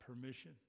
permission